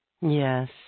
Yes